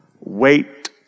Wait